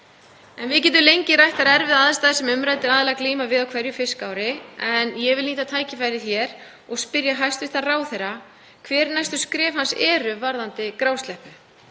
Við getum lengi rætt þær erfiðu aðstæður sem umræddir aðilar glíma við á hverju fiskveiðiári, en ég vil nýta tækifærið hér og spyrja hæstv. ráðherra hver næstu skref hans eru varðandi grásleppu.